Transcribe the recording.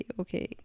okay